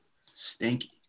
Stinky